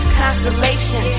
constellation